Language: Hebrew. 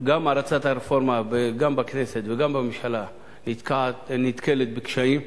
הרצת הרפורמה, גם בכנסת וגם בממשלה, נתקלת בקשיים,